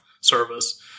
service